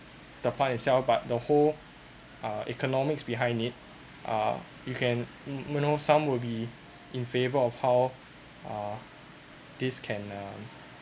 the plant itself but the whole economics behind it uh you can you know some will be in favor of how are these can uh